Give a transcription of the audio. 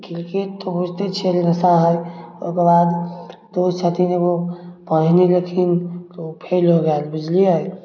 cricket तऽ होइते छै नशाहा ओकरबाद दोस्त छथिन एगो पढ़ै नहि रहथिन तऽ ओ फेल हो गेल बुझलिए